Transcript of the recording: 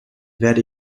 werde